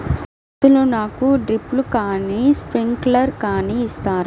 అసలు నాకు డ్రిప్లు కానీ స్ప్రింక్లర్ కానీ ఇస్తారా?